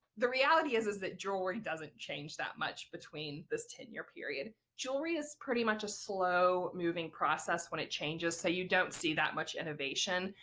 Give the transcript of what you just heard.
the reality is is that jewelry doesn't change that much between this ten year period. jewelry is pretty much a slow moving process when it changes so you don't see that much innovation,